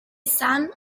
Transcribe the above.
sun